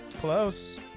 Close